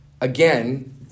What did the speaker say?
again